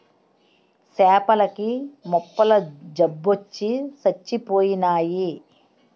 సేపల కి మొప్పల జబ్బొచ్చి సచ్చిపోయినాయి